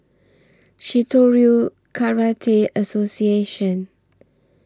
Shitoryu Karate Association